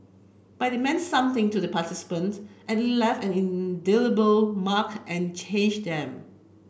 but it meant something to the participants and it left an indelible mark and it changed them